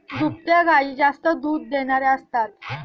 दुभत्या गायी जास्त दूध देणाऱ्या असतात